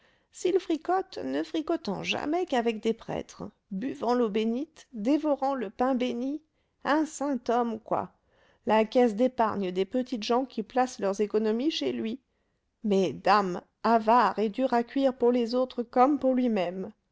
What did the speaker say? s'il fricote ne fricotant jamais qu'avec des prêtres buvant l'eau bénite dévorant le pain bénit un saint homme quoi la caisse d'épargne des petites gens qui placent leurs économies chez lui mais dame avare et dur à cuire pour les autres comme pour lui-même